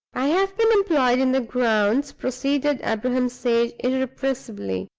i have been employed in the grounds, proceeded abraham sage, irrepressibly,